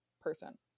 person